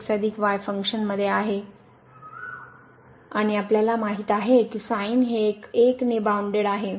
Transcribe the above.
तर येथे हे फंक्शन मध्ये आहे आणि आपल्याला माहित आहे की sin हे 1 ने बाउनडेड आहे